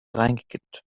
reingekippt